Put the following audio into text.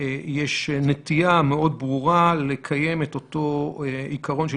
יש נטייה מאוד ברורה לקיים את אותו עיקרון של